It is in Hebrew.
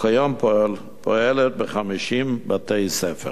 וכיום פועלת ב-50 בתי-ספר.